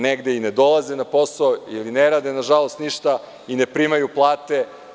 Negde i ne dolaze na posao ili ne rade ništa i ne primaju plate.